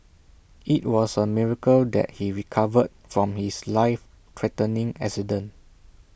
IT was A miracle that he recovered from his life threatening accident